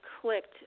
clicked